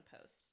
post